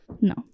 No